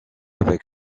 avec